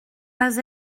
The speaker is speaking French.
pas